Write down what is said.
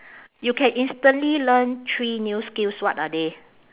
you can instantly learn three new skills what are they